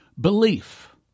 belief